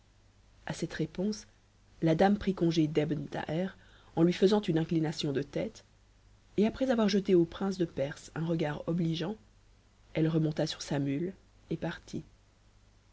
a cette réponse la dame prit congé d'ebn thaher en lui faisant une inclination de tête et après avoir jeté au prince de perse un regard obligeant elle remonta sur sa mule et partit